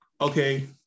Okay